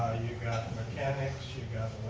you got mechanics, you got